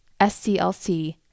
sclc